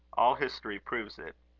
all history proves it.